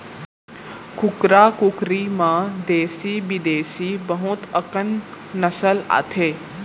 कुकरा कुकरी म देसी बिदेसी बहुत अकन नसल आथे